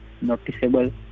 noticeable